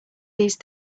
these